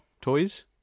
Toys